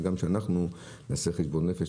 זה גם שאנחנו נעשה חשבון נפש,